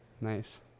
Nice